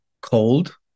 cold